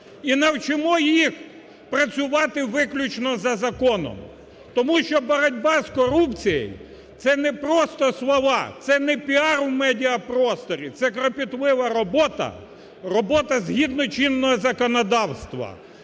і навчимо їх працювати виключно за законом, тому що боротьба з корупцією це не просто слова, це не піар у медіапросторі, це клопітлива робота – робота згідно чинного законодавства.